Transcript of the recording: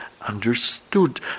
understood